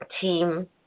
team